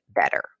better